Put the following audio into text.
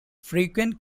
frequent